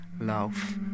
love